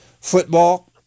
football